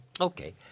Okay